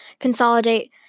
consolidate